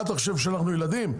אתה חושב שאנחנו ילדים.